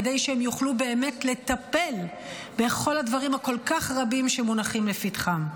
כדי שהם יוכלו באמת לטפל בכל הדברים הרבים כל כך שמונחים לפתחם.